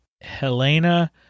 Helena